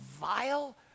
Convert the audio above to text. vile